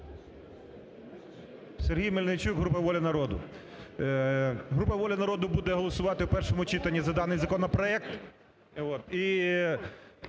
Сергій Мельничук, група "Воля народу". Група "Воля народу" буде голосувати в першому читанні за даний законопроект